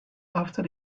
after